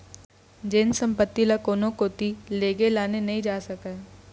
जेन संपत्ति ल कोनो कोती लेगे लाने नइ जा सकय